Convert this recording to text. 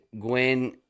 Gwen